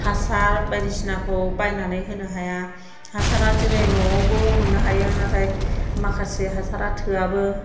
हासार बायदिसिनाखौ बायनानै होनो हाया हासाराव जेरै न'आवबो मोननो हायो नाथाय माखासे हासारा थोआबो